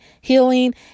healing